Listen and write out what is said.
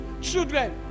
children